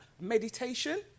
meditation